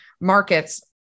markets